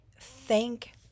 thank